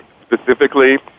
specifically